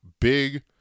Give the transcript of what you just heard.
big